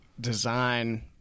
design